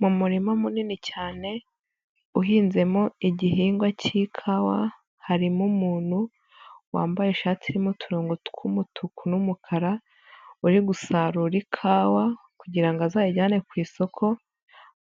Mu murima munini cyane, uhinzemo igihingwa cy'ikawa, harimo umuntu wambaye ishati irimo uturongo tw'umutuku n'umukara, uri gusarura ikawa kugira ngo azayijyane ku isoko,